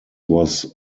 was